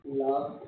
love